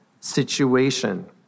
situation